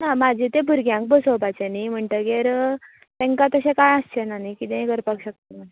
ना म्हाजे ते भुरग्यांक बसोवपाचे नी म्हणटकीर तेंका तशे काय आसचेना न्ही कितेंय करपाक शकता